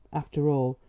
after all,